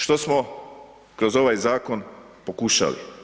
Što smo kroz ovaj zakon pokušali.